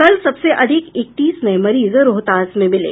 कल सबसे अधिक इकतीस नये मरीज रोहतास जिले में मिले